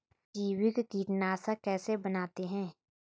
जैविक कीटनाशक कैसे बनाते हैं?